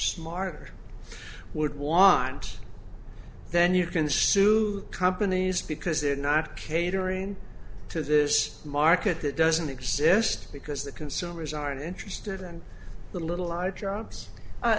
smart or would want then you can sue companies because they're not catering to the market that doesn't exist because the consumers aren't interested and the little are drugs